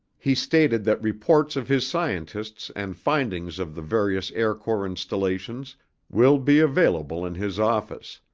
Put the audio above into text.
he stated that reports of his scientists and findings of the various air corps installations will be available in his office.